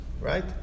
Right